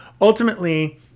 ultimately